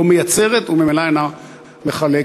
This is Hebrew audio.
לא מייצרת וממילא אינה מחלקת.